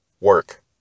work